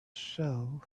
shell